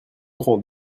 grand